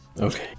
Okay